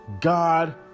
God